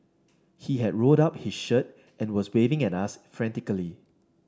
he had rolled up his shirt and was waving at us frantically